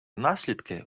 наслідки